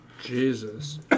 Jesus